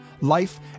Life